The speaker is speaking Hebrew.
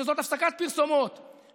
שזו הפסקת פרסומות,